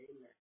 Amen